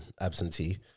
absentee